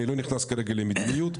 אני לא נכנס כרגע למדיניות,